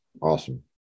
Awesome